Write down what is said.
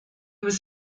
was